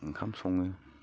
ओंखाम सङो